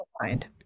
mind